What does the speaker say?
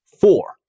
four